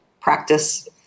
practice